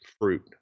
fruit